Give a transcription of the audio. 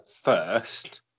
first